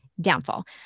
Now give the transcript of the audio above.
downfall